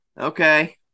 Okay